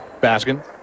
Baskin